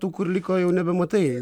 tų kur liko jau nebematai